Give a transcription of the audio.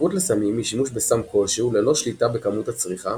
ההתמכרות לסמים היא שימוש בסם כלשהו ללא שליטה בכמות הצריכה,